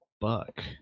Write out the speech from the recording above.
Buck